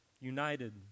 united